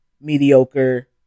mediocre